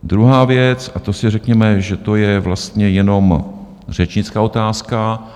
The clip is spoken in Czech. Druhá věc, a to si řekněme, že to je vlastně jenom řečnická otázka.